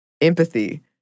empathy